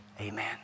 Amen